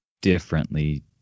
differently